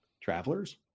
travelers